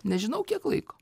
nežinau kiek laiko